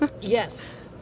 Yes